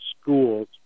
schools